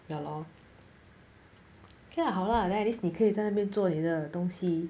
ya lor okay lah 好啦 then at least 你可以在那边做你的东西